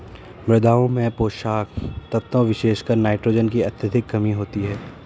मृदाओं में पोषक तत्वों विशेषकर नाइट्रोजन की अत्यधिक कमी होती है